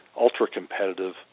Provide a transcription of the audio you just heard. ultra-competitive